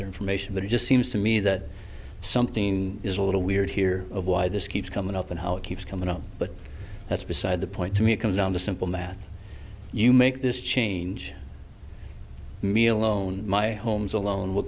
their information but it just seems to me that something is a little weird here of why this keeps coming up and how it keeps coming up but that's beside the point to me it comes down to simple math you make this change me alone my homes alone will